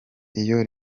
iyo